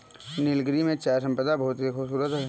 नीलगिरी में चाय संपदा बहुत ही खूबसूरत है